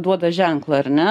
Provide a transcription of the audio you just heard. duoda ženklą ar ne